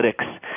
analytics